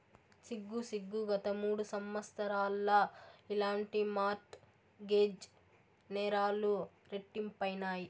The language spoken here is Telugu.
సిగ్గు సిగ్గు, గత మూడు సంవత్సరాల్ల ఇలాంటి మార్ట్ గేజ్ నేరాలు రెట్టింపైనాయి